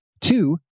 two